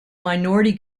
minority